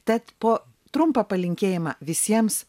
tad po trumpą palinkėjimą visiems